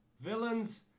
villains